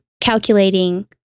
calculating